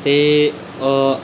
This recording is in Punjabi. ਅਤੇ